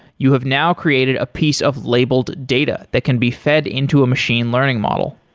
you have now created a piece of labeled data that can be fed into a machine learning model.